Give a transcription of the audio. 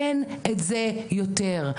אין את זה יותר.